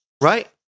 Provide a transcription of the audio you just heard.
Right